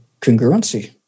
congruency